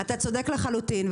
אתה צודק לחלוטין.